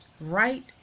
right